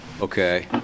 Okay